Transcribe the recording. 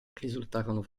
risultarono